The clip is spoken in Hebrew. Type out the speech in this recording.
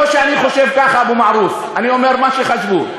לא שאני חושב ככה, אבו מערוף, אני אומר מה שחשבו.